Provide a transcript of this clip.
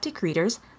readers